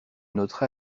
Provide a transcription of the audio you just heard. notre